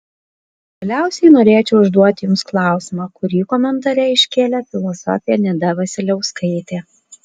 galiausiai norėčiau užduoti jums klausimą kurį komentare iškėlė filosofė nida vasiliauskaitė